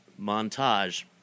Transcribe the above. montage